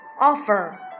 offer